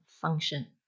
function